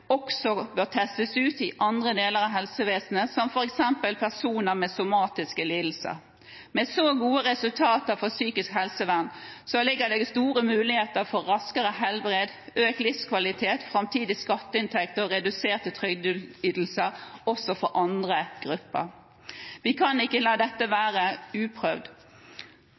også bør testes ut i andre deler av helsevesenet, som f.eks. for personer med somatiske lidelser. Med så gode resultater fra psykisk helsevern ligger det store muligheter for raskere helbred, økt livskvalitet, framtidige skatteinntekter og reduserte trygdeytelser også for andre grupper. Vi kan ikke la dette